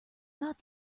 not